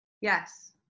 Yes